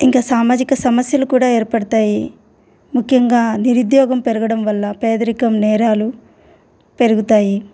ఇంకా సామాజిక సమస్యలు కూడా ఏర్పడతాయి ముఖ్యంగా నిరుద్యోగం పెరగడం వల్ల పేదరికం నేరాలు పెరుగుతాయి